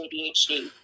adhd